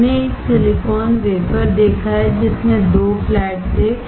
हमने एक silicon wafer देखा है जिसमें 2 फ्लैट थे